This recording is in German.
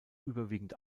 überwiegend